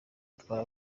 atwara